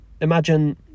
imagine